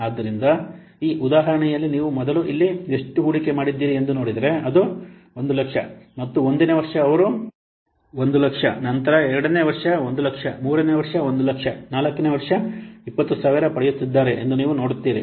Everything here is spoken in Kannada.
ಆದ್ದರಿಂದ ಈ ಉದಾಹರಣೆಯಲ್ಲಿ ನೀವು ಮೊದಲು ಇಲ್ಲಿ ಎಂದು ಎಷ್ಟು ಹೂಡಿಕೆ ಮಾಡಿದ್ದೀರಿ ಎಂದು ನೋಡಿದರೆ ಅದು100000 ಮತ್ತು 1 ನೇ ವರ್ಷ ಅವರು 100000 ನಂತರ 2 ನೇ ವರ್ಷ 100000 3 ನೇ ವರ್ಷ 100000 4 ನೇ ವರ್ಷ 20000 ಪಡೆಯುತ್ತಿದ್ದಾರೆ ಎಂದು ನೀವು ನೋಡುತ್ತೀರಿ